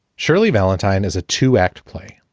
shirley valentine is a two act play,